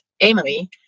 Emily